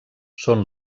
són